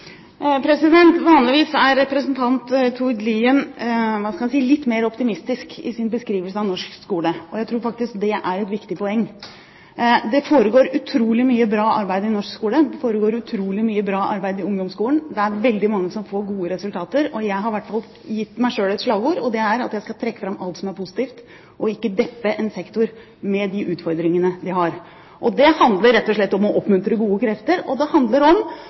Vanligvis er representanten Tord Lien litt mer optimistisk i sin beskrivelse av norsk skole. Jeg tror faktisk det er et viktig poeng. Det foregår utrolig mye bra arbeid i norsk skole. Det foregår utrolig mye bra arbeid i ungdomsskolen. Det er veldig mange som får gode resultater, og jeg har gitt meg selv et slagord, og det er at jeg skal trekke fram alt som er positivt, og ikke «deppe» en sektor med de utfordringene den har. Det handler rett og slett om å oppmuntre gode krefter, og det handler om